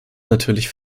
natürlich